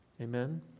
Amen